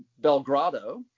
Belgrado